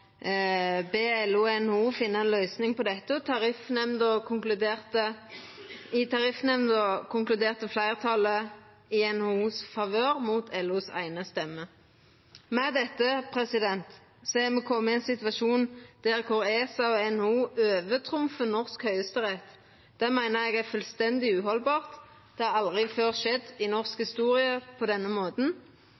LO og NHO finna ei løysing på dette. I Tariffnemnda konkluderte fleirtalet i NHOs favør, mot LOs eine stemme. Med dette er me komne i ein situasjon der ESA og NHO trumfar norsk Høgsterett. Det meiner eg er fullstendig uhaldbart. Det har i norsk historie aldri før skjedd